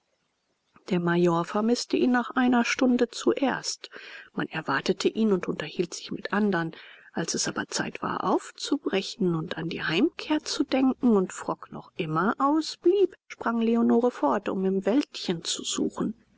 der major vermißte ihn nach einer stunde zuerst man erwartete ihn und unterhielt sich mit andern als es aber zeit war aufzubrechen und an die heimkehr zu denken und frock noch immer ausblieb sprang leonore fort um im wäldchen zu suchen